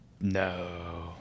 No